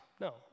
No